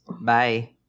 bye